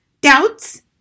Doubts